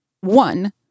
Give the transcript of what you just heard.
One